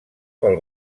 pel